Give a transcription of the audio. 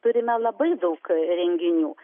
turime labai daug renginių